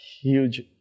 huge